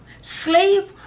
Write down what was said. slave